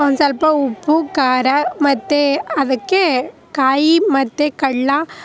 ಒಂದ್ಸ್ವಲ್ಪ ಉಪ್ಪು ಖಾರ ಮತ್ತು ಅದಕ್ಕೆ ಕಾಯಿ ಮತ್ತು ಕಡಲೇ